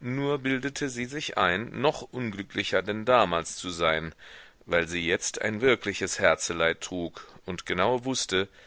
nur bildete sie sich ein noch unglücklicher denn damals zu sein weil sie jetzt ein wirkliches herzeleid trug und genau wußte